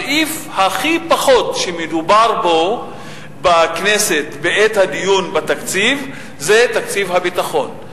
הסעיף שהכי פחות מדובר בו בכנסת בעת הדיון בתקציב הוא תקציב הביטחון.